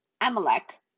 Amalek